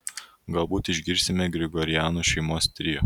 galbūt išgirsime grigorianų šeimos trio